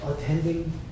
attending